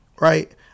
right